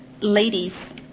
ladies